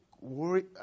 worry